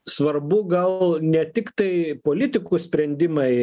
svarbu gal ne tiktai politikų sprendimai